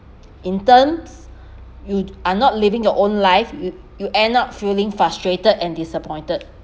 in turn you are not living your own life you you end up feeling frustrated and disappointed